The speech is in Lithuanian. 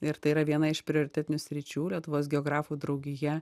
ir tai yra viena iš prioritetinių sričių lietuvos geografų draugija